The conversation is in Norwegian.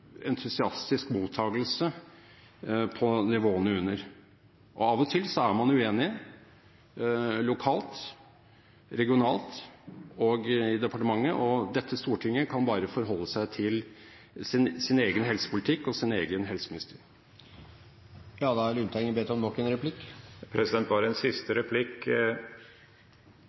entusiastisk mottagelse på nivåene under. Av og til er man uenige, lokalt, regionalt og i departementet, og Stortinget kan bare forholde seg til sin egen helsepolitikk og sin egen helseminister. Bare en siste